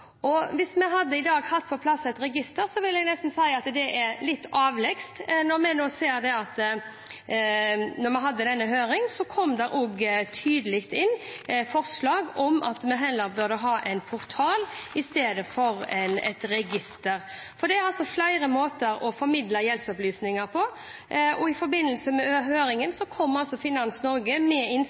portal. Hvis vi i dag hadde hatt på plass et register, vil jeg si at det nesten hadde vært litt avleggs, for da vi hadde høringen, kom det et tydelig forslag om at vi heller burde ha en portal enn et register. Det er altså flere måter å formidle gjeldsopplysninger på. I forbindelse med høringen kom Finans Norge med